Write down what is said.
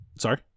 Sorry